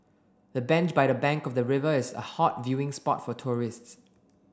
the bench by the bank of the river is a hot viewing spot for tourists